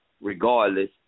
regardless